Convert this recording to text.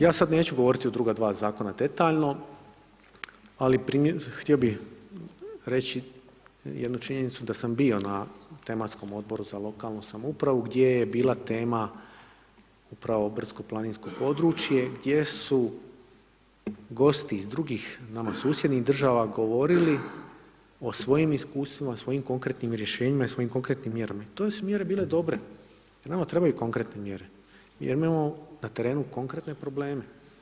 Ja sad neću govoriti o druga dva zakona detaljno ali htio bi reći jednu činjenicu da sam bio na tematskom Odboru za lokalnu samoupravu gdje je bila tema upravo brdsko-planinsko područje gdje su gosti iz drugih nama susjednih država, govorili o svojim iskustvima, o svojim konkretnim rješenjima i svojim konkretnim mjerama i to su mjere bile dobre jer nama trebaju konkretne mjere jer mi imamo na terenu konkretne probleme.